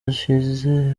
dushyize